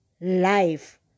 life